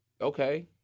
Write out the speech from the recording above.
okay